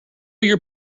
your